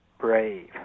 brave